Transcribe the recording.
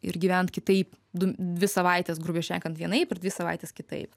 ir gyvent kitaip du dvi savaites grubiai šnekant vienaip ir dvi savaites kitaip